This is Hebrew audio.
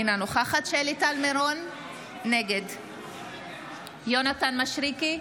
אינה נוכחת שלי טל מירון, נגד יונתן מישרקי,